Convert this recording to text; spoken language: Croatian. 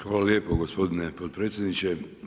Hvala lijepo gospodine potpredsjedniče.